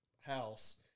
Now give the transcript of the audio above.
house